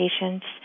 patients